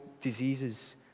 diseases